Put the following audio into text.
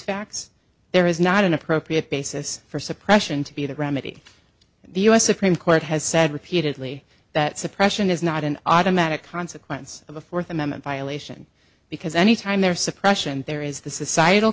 facts there is not an appropriate basis for suppression to be the remedy the u s supreme court has said repeatedly that suppression is not an automatic consequence of a fourth amendment violation because anytime there suppression there is the societal